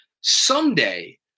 Someday